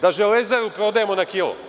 Da „Železaru“ prodajemo na kilo.